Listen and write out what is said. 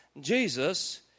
Jesus